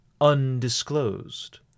undisclosed